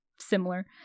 similar